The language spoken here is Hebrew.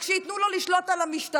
רק שייתנו לו לשלוט על המשטרה,